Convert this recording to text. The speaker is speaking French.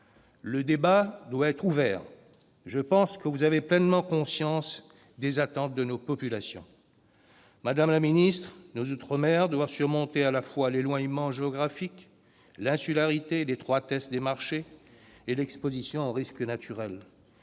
Le débat doit être ouvert. Je pense que vous avez pleinement conscience des attentes de nos populations. Madame la ministre, nos outre-mer doivent surmonter à la fois l'éloignement géographique, l'insularité, l'étroitesse des marchés et l'exposition aux risques naturels.